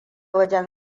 wajen